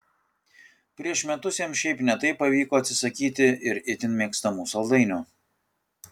prieš metus jam šiaip ne taip pavyko atsisakyti ir itin mėgstamų saldainių